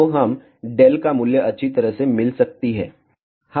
तो हम δ का मूल्य अच्छी तरह से मिल सकती है